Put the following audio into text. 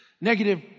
negative